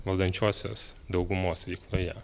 valdančiosios daugumos veikloje